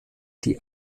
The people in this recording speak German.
die